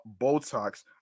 Botox